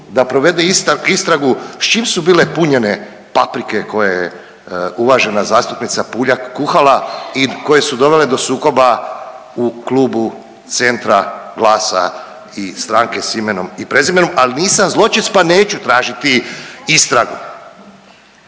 da provede istragu s čim su bile punjene paprike koje je uvažena zastupnica Puljak kuhala i koje su dovele do sukoba u Klubu Centra, GLAS-a i Stranke s imenom i prezimenom, al nisam zločest pa neću tražiti istragu.